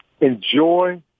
Enjoy